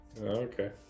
Okay